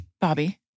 bobby